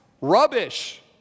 rubbish